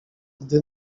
gdy